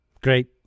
Great